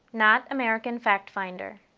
not american factfinder.